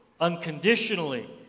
unconditionally